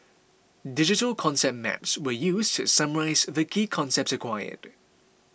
digital concept maps were used to summarise the key concepts acquired